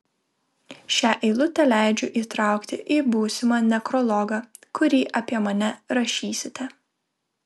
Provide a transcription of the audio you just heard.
šią eilutę leidžiu įtraukti į būsimą nekrologą kurį apie mane rašysite